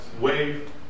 Wave